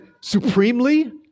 supremely